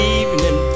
evening